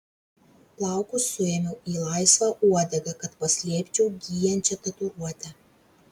plaukus suėmiau į laisvą uodegą kad paslėpčiau gyjančią tatuiruotę